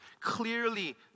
clearly